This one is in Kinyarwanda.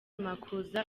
makuza